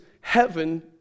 heaven